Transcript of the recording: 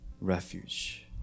refuge